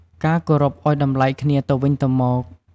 ការរគោរពឲ្យតម្លៃគ្នាទៅវិញទៅមក។